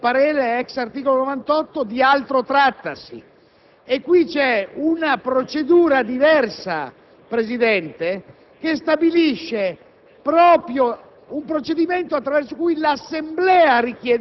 È evidente *ictu* *oculi* a tutti i senatori che al disegno di legge non è stato allegato alcun apposito stampato recante il predetto parere